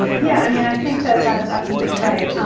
yeah, i mean i think that that is absolutely right,